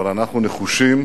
אבל אנחנו נחושים